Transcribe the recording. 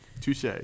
touche